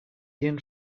ian